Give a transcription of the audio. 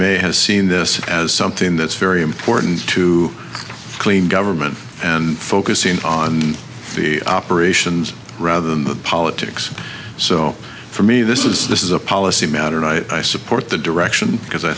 a has seen this as something that's very important to clean government and focus in on the operations rather than the politics so for me this is this is a policy matter and i support the direction because i